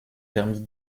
permit